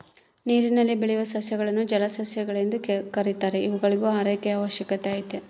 ನೀರಿನಲ್ಲಿ ಬೆಳೆಯುವ ಸಸ್ಯಗಳನ್ನು ಜಲಸಸ್ಯಗಳು ಎಂದು ಕೆರೀತಾರ ಇವುಗಳಿಗೂ ಆರೈಕೆಯ ಅವಶ್ಯಕತೆ ಐತೆ